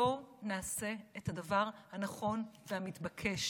בואו נעשה את הדבר הנכון והמתבקש,